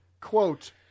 quote